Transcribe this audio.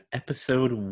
episode